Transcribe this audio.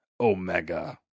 Omega